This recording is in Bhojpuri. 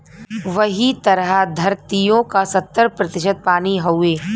वही तरह द्धरतिओ का सत्तर प्रतिशत पानी हउए